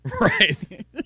Right